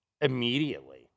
immediately